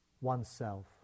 oneself